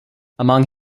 among